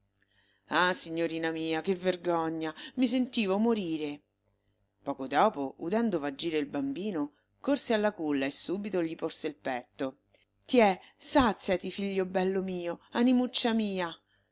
ah signorina mia che vergogna mi sentivo morire poco dopo udendo vagire il bambino corse alla culla e subito gli porse il petto tie sàziati figlio bello mio animuccia mia